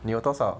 你有多少